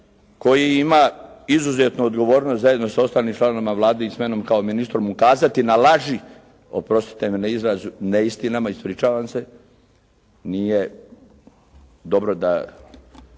koji ima izuzetnu odgovornost zajedno s ostalim članovima Vlade i s menom kao ministrom ukazati na laži, oprostite mi na izrazu, neistinama, ispričavam se. Nije dobro da